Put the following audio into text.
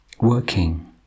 working